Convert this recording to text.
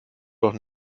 doch